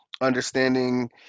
understanding